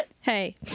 Hey